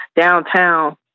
downtown